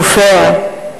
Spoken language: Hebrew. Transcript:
נופיה,